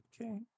Okay